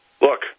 Look